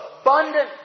abundant